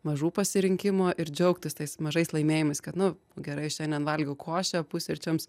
mažų pasirinkimų ir džiaugtis tais mažais laimėjimais kad nu gerai šiandien valgiau košę pusryčiams